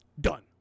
done